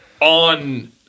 on